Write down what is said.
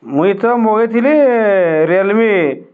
ମୁଁ ତ ମଗେଇଥିଲି ରିଅଲମି